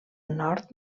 nord